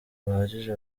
buhagije